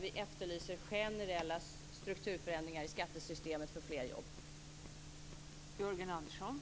Vi efterlyser generella strukturförändringar för fler jobb i skattesystemet.